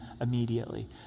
immediately